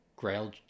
grail